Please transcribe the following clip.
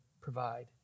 provide